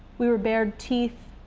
we were bared teeth,